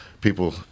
people –